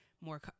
more